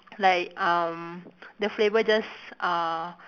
like um the flavour just uh